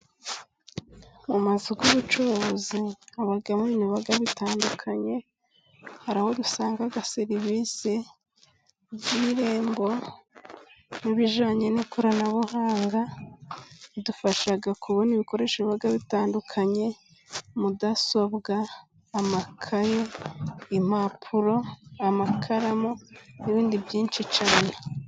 Mu mazu y'ubucuruzi habamo ibintu biba bitandukanye hari aho dusanga serivisi z'irembo n'ibijyanye n'ikoranabuhanga, bidufasha kubona ibikoresho biba bitandukanye mudasobwa ,amakaye, impapuro, amakaramu, n'ibindi byinshi cyane.